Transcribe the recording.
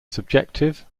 subjective